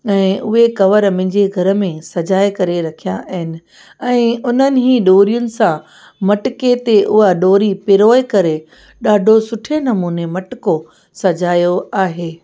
ऐं उहे कवर मुंहिंजे घर में सजाए करे रखिया आहिनि ऐं उन्हनि ई ॾोरियुनि सां मटिके ते उहा ॾोरी पिरोए करे ॾाढो सुठे नमूने मटिको सजायो आहे